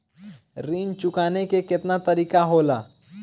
ऋण चुकाने के केतना तरीका होला?